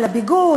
על הביגוד,